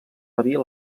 rebia